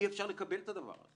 אי-אפשר לקבל את זה.